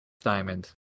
diamond